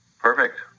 Perfect